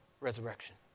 resurrection